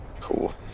Cool